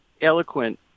eloquent